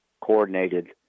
coordinated